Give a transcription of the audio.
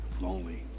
lonely